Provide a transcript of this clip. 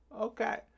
Okay